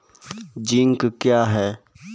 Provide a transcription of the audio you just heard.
Zinc क्या हैं?